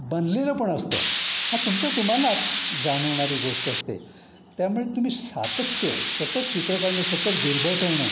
बनलेलं पण असतं हा तुमचा तुम्हालाच जाणवणारी गोष्ट असते त्यामुळे तुम्ही सातत्य सतत चित्र काढणं सतत गिरबटवणं